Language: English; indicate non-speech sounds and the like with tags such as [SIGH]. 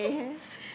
[NOISE]